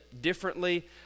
differently